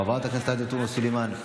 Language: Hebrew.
חברת הכנסת עאידה תומא סלימאן,